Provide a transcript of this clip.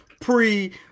pre